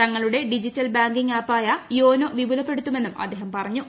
തങ്ങളുടെ digital banking ആപ്പായ YONO വിപുലപ്പെടുത്തുമെന്നും അദ്ദേഹം പറഞ്ഞു